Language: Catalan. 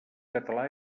català